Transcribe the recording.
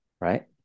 right